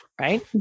right